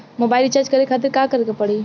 Mobile recharge करे खातिर का करे के पड़ी?